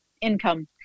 income